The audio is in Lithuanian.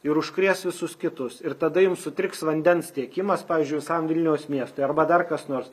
ir užkrės visus kitus ir tada jum sutriks vandens tiekimas pavyzdžiui visam vilniaus miestui arba dar kas nors